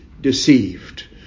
deceived